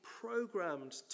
programmed